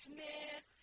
Smith